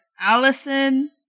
Allison